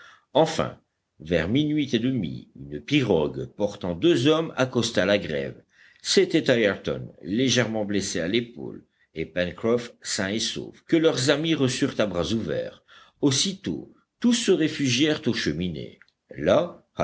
enfin vers minuit et demi une pirogue portant deux hommes accosta la grève c'était ayrton légèrement blessé à l'épaule et pencroff sain et sauf que leurs amis reçurent à bras ouverts aussitôt tous se réfugièrent aux cheminées là